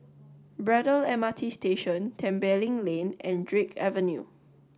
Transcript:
braddell M R T Station Tembeling Lane and Drake Avenue